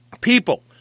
people